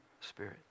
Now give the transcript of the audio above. Spirit